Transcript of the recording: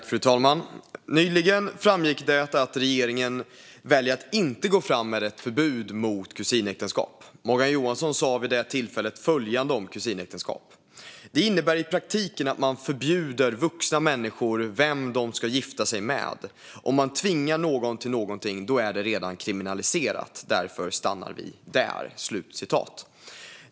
Fru talman! Nyligen framgick det att regeringen väljer att inte gå fram med ett förbud mot kusinäktenskap. Morgan Johansson sa vid det tillfället följande om kusinäktenskap: "Det innebär i praktiken att man förbjuder vuxna människor vem de ska gifta sig med. Om man tvingar någon till någonting, då är det redan kriminaliserat. Därför stannar vi där."